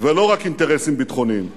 ולא רק אינטרסים ביטחוניים.